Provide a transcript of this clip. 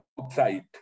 outside